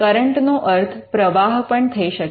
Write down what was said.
current નો અર્થ પ્રવાહ પણ થઈ શકે